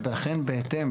ולכן בהתאם,